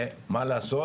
ומה לעשות,